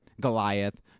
Goliath